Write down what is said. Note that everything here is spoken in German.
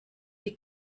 die